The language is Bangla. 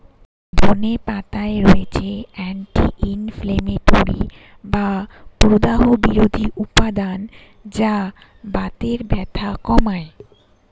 ধনে পাতায় রয়েছে অ্যান্টি ইনফ্লেমেটরি বা প্রদাহ বিরোধী উপাদান যা বাতের ব্যথা কমায়